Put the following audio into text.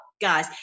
Guys